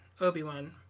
Obi-Wan